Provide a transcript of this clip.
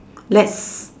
let's